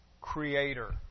creator